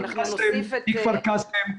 מכפר קאסם,